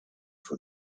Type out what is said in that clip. for